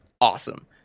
awesome